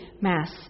mass